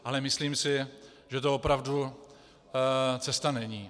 Ale myslím si, že to opravdu cesta není.